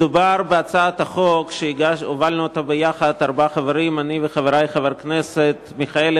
מדובר בהצעת חוק שהובלנו יחד ארבעה חברים: אני וחברי חבר הכנסת מיכאלי,